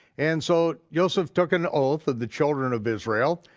and so yoseph took an oath of the children of israel,